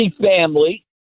family